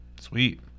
Sweet